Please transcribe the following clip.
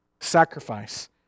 sacrifice